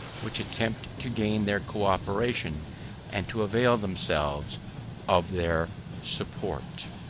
which attempt to gain their co-operation and to avail themselves of their support.